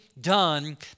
done